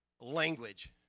language